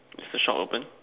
is the shop open